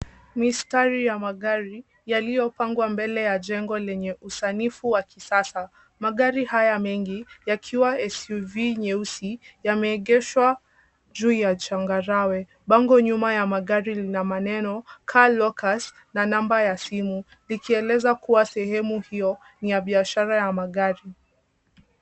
Mstari ya magari yaliyopangwa mbele ya jengo lenye usanifu wa kisasa, magari haya mengi yakiwa SUV nyeusi yameegeshwa juu ya changarawe, bango nyuma ya magari lina maneno Car Lockers na namba ya simu likieleza kuwa sehemu hiyo ni ya biashara ya magari.